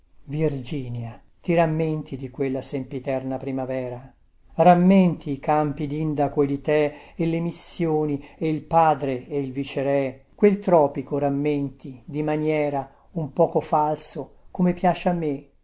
virginia ti rammenti di quella sempiterna primavera rammenti i campi dindaco e di the e le missioni e il padre e il vicerè quel tropico rammenti di maniera un poco falso come piace a me